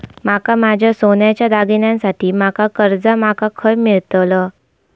माका माझ्या सोन्याच्या दागिन्यांसाठी माका कर्जा माका खय मेळतल?